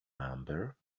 number